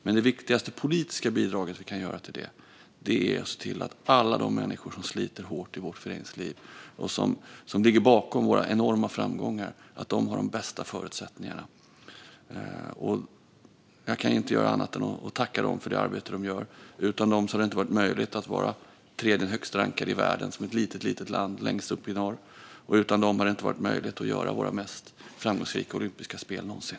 Men det viktigaste politiska bidraget vi kan ge är att se till att alla människor som sliter hårt i vårt föreningsliv och som ligger bakom våra enorma framgångar har de bästa förutsättningarna. Jag kan inte göra annat än att tacka dem för det arbete de gör. Utan dem hade det inte varit möjligt att vara det tredje högst rankade landet i världen - ett litet, litet land längst upp i norr. Och utan dem hade det inte varit möjligt att göra våra mest framgångsrika olympiska spel någonsin.